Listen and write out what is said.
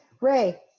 Ray